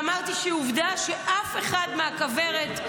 ואמרתי שעובדה שאף אחד מהכוורת,